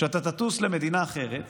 שאתה תטוס למדינה אחרת